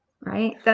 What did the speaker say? right